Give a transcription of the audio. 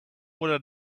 oder